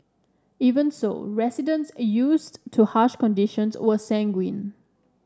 even so residents used to harsh conditions were sanguine